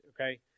okay